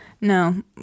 no